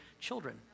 children